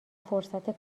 فرصت